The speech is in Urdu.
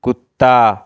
کُتّا